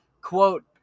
Quote